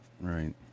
Right